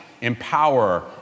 empower